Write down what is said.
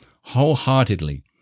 wholeheartedly